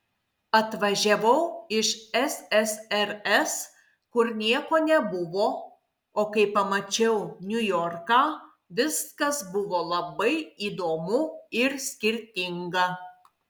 atvažiavau iš ssrs kur nieko nebuvo o kai pamačiau niujorką viskas buvo labai įdomu ir skirtinga